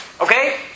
Okay